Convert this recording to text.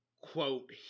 quote